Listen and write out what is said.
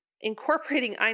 incorporating